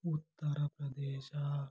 Uttar Pradesh